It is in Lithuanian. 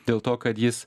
dėl to kad jis